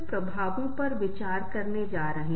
वह व्यक्ति मेरी जानकारी का गलत इस्तेमाल कर सकता है